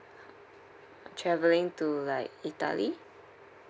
travelling to like italy